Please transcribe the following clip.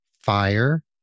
fire